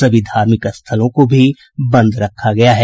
सभी धार्मिक स्थलों को भी बंद रखा गया है